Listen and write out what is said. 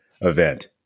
event